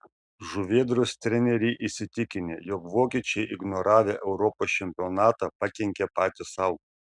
žuvėdros treneriai įsitikinę jog vokiečiai ignoravę europos čempionatą pakenkė patys sau